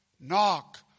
knock